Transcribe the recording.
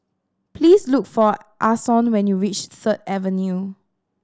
please look for Ason when you reach Third Avenue